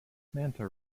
manta